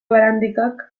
barandikak